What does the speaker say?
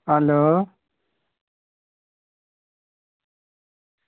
hello